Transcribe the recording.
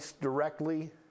directly